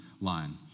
line